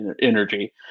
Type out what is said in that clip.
energy